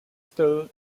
still